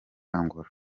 angola